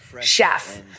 chef